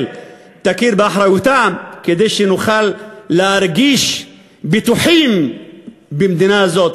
תכיר באחריותה כדי שנוכל להרגיש בטוחים במדינה זו.